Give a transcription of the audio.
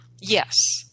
Yes